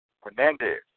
Hernandez